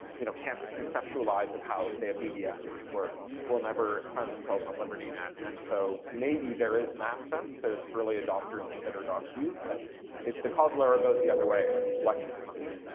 you know can't conceptualize of how say a bbs might work will never find themselves on liberty net and so maybe there is in that sense, there's early adopters in heterodox views, but the causal error goes the other way, it's a selection function.